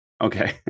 okay